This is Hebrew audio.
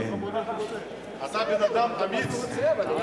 אתה בן-אדם אמיץ.